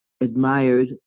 admired